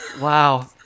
Wow